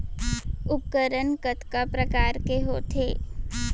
उपकरण कतका प्रकार के होथे?